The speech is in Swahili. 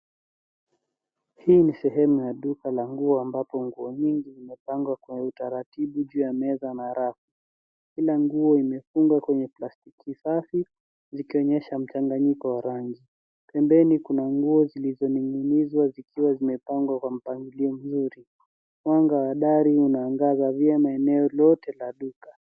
Hii ni sehemu ya duka la nguo ambapo nguo nyingi imepangwa kwa utaratibu juu ya meza na rafu. Kila nguo imefungwa kwenye plastiki safi zikionyesha mchanganyiko wa rangi. Pembeni kuna nguo zilizoninginizwa zikiwa zimepangwa kwa mpangilio mzuri. Mwanga wa dari unaangaza vyema eneo lote la duka.